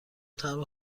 طعم